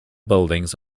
buildings